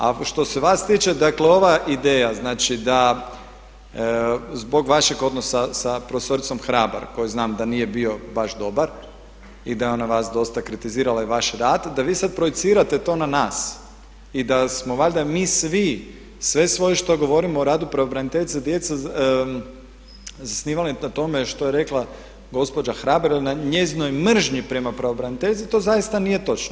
A što se vas tiče, dakle ova ideja znači da zbog vašeg odnosa sa profesoricom Hrabar koji znam da nije bio baš dobar i da je ona vas dosta kritizirala i vaš rad, da vi sad projicirate to na nas i da smo valjda mi svi, sve svoje što govorimo o radu pravobraniteljice za djecu zasnivali na tome što je rekla gospođa Hrabar i na njezinoj mržnji prema pravobraniteljici to zaista nije točno.